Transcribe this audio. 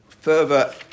further